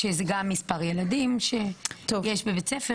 שזה גם מספר ילדים שיש בבית ספר,